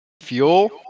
fuel